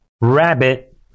rabbit